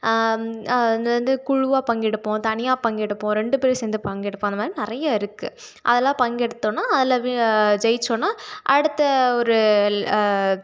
அது வந்து குழுவாக பங்கெடுப்போம் தனியாக பங்கெடுப்போம் ரெண்டு பேர் சேர்ந்து பங்கெடுப்போம் அந்த மாதிரி நிறைய இருக்குது அதெல்லாம் பங்கெடுத்தோம்னால் அதில் வி ஜெயிச்சோன்னால் அடுத்த ஒரு ல்